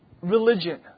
religion